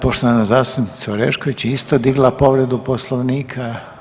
Poštovana zastupnica Orešković je isto digla povredu Poslovnika.